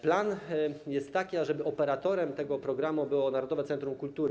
Plan jest taki, ażeby operatorem tego programu było Narodowe Centrum Kultury.